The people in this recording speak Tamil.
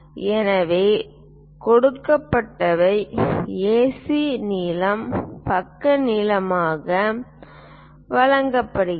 எனவே கொடுக்கப்பட்டவை ஏசி நீளம் பக்க நீளமாக வழங்கப்படுகிறது